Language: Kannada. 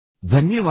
ಧನ್ಯವಾದಗಳು